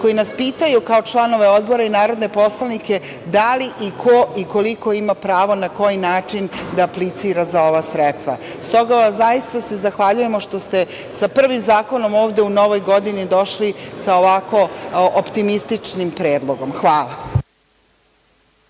koji nas pitaju kao članove Odbora i narodne poslanike da li i ko i koliko ima pravo, na koji način da aplicira za ova sredstva. Stoga vam se zaista zahvaljujemo što ste sa prvim zakonom ovde u novoj godini došli sa ovako optimističnim predlogom. Hvala.